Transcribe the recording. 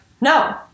no